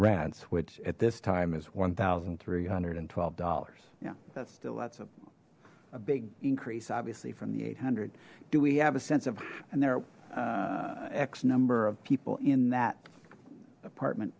rents which at this time is one thousand three hundred and twelve dollars yeah that's still that's a big increase obviously from the eight hundred do we have a sense of and there x number of people in that apartment